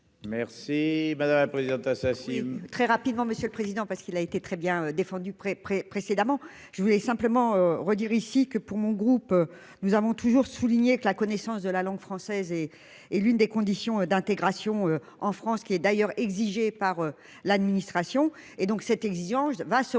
merci madame la présidente, a seize. Très rapidement, monsieur le président, parce qu'il a été très bien défendu près près précédemment, je voulais simplement redire ici que pour mon groupe, nous avons toujours souligné que la connaissance de la langue française et et l'une des conditions d'intégration en France, qui est d'ailleurs exigé par l'administration et donc cette exigence va se